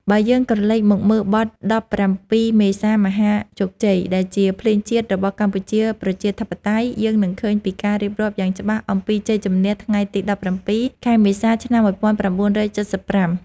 បើយើងក្រឡេកមកមើលបទ ដប់ប្រាំពីរមេសាមហាជោគជ័យ ដែលជាភ្លេងជាតិរបស់កម្ពុជាប្រជាធិបតេយ្យ យើងនឹងឃើញពីការរៀបរាប់យ៉ាងច្បាស់អំពីជ័យជម្នះថ្ងៃទី ១៧ ខែមេសា ឆ្នាំ ១៩៧៥។